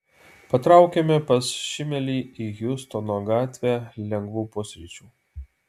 patraukėme pas šimelį į hjustono gatvę lengvų pusryčių